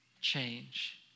change